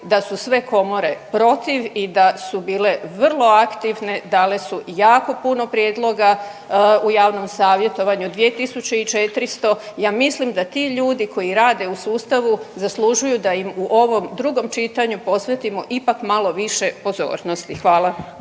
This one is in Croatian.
da su sve komore protiv i da su bile vrlo aktivne, dakle su jako puno prijedloga u javnom savjetovanju 2400, ja mislim da ti ljudi koji rade u sustavu zaslužuju da im u ovom drugom čitanju posvetimo ipak malo više pozornosti. Hvala.